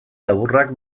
laburrak